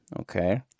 okay